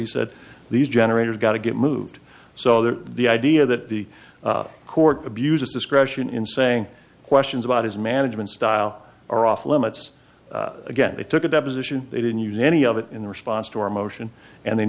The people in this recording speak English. he said the generators got to get moved so that the idea that the court abuses discretion in saying questions about his management style are off limits again they took a deposition they didn't use any of it in response to our motion and they